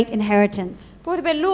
inheritance